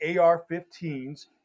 AR-15s